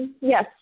yes